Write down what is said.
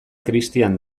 cristian